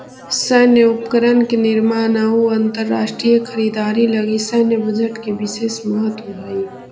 सैन्य उपकरण के निर्माण अउ अंतरराष्ट्रीय खरीदारी लगी सैन्य बजट के विशेष महत्व हई